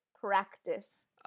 practice